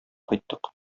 кайттык